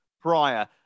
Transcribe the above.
prior